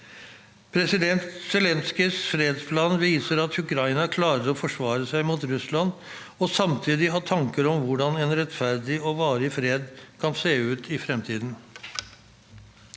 President Zelenskyjs fredsplan viser at Ukraina klarer å forsvare seg mot Russland og samtidig ha tanker om hvordan en rettferdig og varig fred kan se ut i fremtiden.